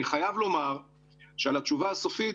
אני חייב לומר שעל התשובה הסופית,